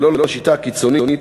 ולא לשיטה הקיצונית,